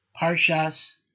Parshas